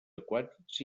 aquàtics